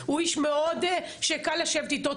הוא איש שמאוד קל לשבת איתו,